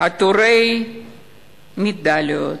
עטורי מדליות,